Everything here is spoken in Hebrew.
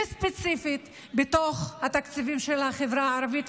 וספציפית בתוך התקציבים של החברה הערבית.